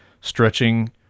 stretching